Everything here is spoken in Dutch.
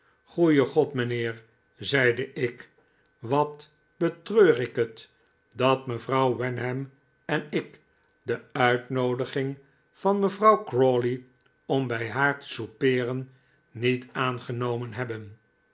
goeie god mijnheer zeide ik wat betreur ik het dat mevrouw wenham en ik de uitnoodiging van mevrouw crawley om bij haar te soupeeren niet aangenomen hebben